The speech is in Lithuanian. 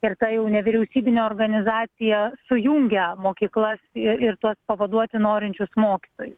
ir ta jau nevyriausybinė organizacija sujungia mokyklas i ir tuos pavaduoti norinčius mokytoju